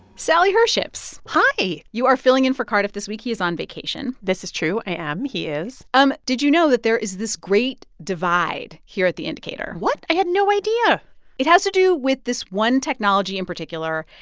sally herships hi you are filling in for cardiff this week. he is on vacation this is true i am, he is um did you know that there is this great divide here at the indicator? what? i had no idea it has to do with this one technology in particular,